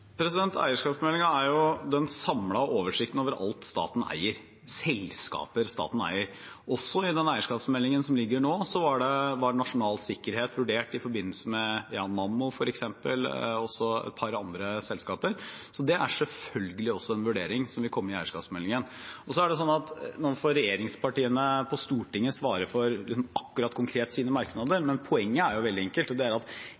den samlede oversikten over alt staten eier, over selskaper staten eier. Også i den eierskapsmeldingen som foreligger nå, ble nasjonal sikkerhet vurdert i forbindelse med f.eks. Nammo og et par andre selskaper, så det er selvfølgelig en vurdering som vil komme i eierskapsmeldingen. Nå får regjeringspartiene på Stortinget svare konkret for akkurat sine merknader, men poenget er veldig enkelt. Det er at det er naturlig å oppfatte veldig mye av dette som en diskusjon om det